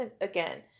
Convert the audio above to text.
again